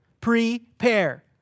Prepare